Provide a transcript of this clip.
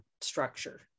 structure